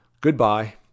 Goodbye